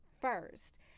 first